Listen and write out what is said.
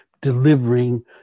delivering